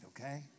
okay